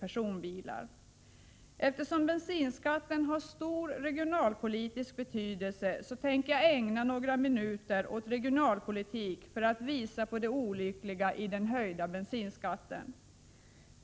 Eftersom bensinskatten har stor regionalpolitisk betydelse tänker jag ägna några minuter åt regionalpolitiken för att visa på det olyckliga i den höjda bensinskatten.